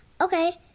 Okay